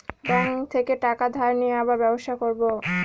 bank থেকে টাকা ধার নিয়ে আবার ব্যবসা করবো